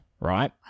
right